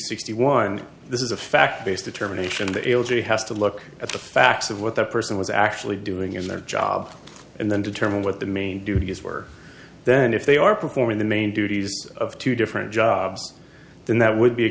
sixty one this is a fact based determination of the l g has to look at the facts of what that person was actually doing in their job and then determine what the main duties were then if they are performing the main duties of two different jobs then that would be a